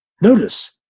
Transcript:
Notice